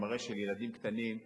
למראה של ילדים קטנים,